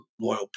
loyal